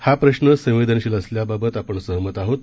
हा प्रश्न संवेदनशील असल्याबाबत आपण सहमत आहोत